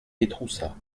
étroussat